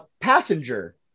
passenger